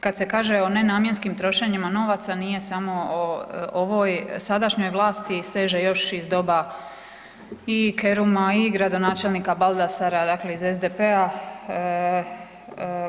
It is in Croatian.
Kad se kaže o nenamjenskim trošenjima novaca nije samo o ovoj sadašnjoj vlasti, seže još iz doba i Keruma i gradonačelnika Baldasara, dakle iz SDP-a.